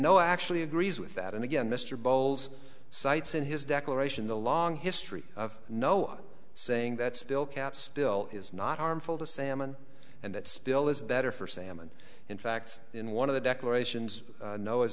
no actually agrees with that and again mr bowles cites in his declaration the long history of no saying that spill cap spill is not harmful to salmon and that spill is better for salmon in fact in one of the declarations no as